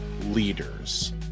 leaders